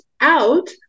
out